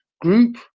group